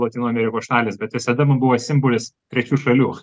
lotynų amerikos šalys bet visada mum buvo simbolis trečių šalių